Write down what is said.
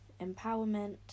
empowerment